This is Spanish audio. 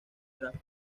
draft